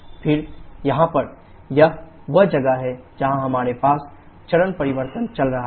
फिर यहां पर यह वह जगह है जहां हमारे पास चरण परिवर्तन चल रहा है